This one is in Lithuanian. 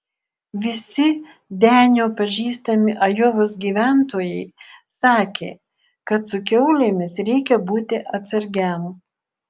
visi denio pažįstami ajovos gyventojai sakė kad su kiaulėmis reikia būti atsargiam